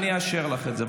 אני אאשר לך את זה.